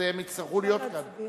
הם יצטרכו להיות כאן.